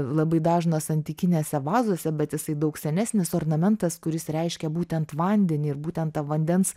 labai dažnas antikinėse vazose bet jisai daug senesnis ornamentas kuris reiškia būtent vandenį ir būtent tą vandens